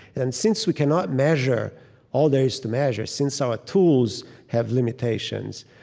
and since we cannot measure all there is to measure, since our tools have limitations,